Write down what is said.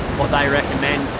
what they recommend.